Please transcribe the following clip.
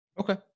Okay